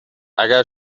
اگر